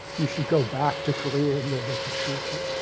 you should go back to korea where they can shoot you.